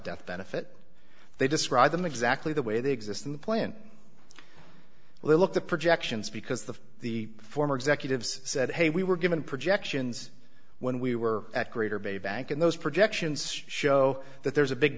death benefit they describe them exactly the way they exist in the plant looked at projections because the the former executives said hey we were given projections when we were at greater bay back in those projections show that there's a big